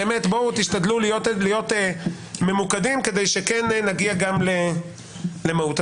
תשתדלו להיות ממוקדים, שנגיע גם למהות.